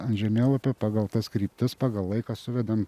ant žemėlapio pagal tas kryptis pagal laiką suvedam